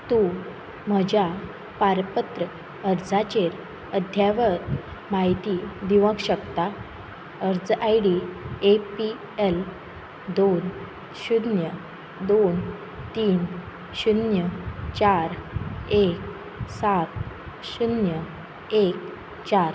तूं म्हज्या पारपत्र अर्जाचेर अद्यावत म्हायती दिवंक शकता अर्ज I D A P L दोन शुन्य दोन तीन शुन्य चार एक सात शुन्य एक चार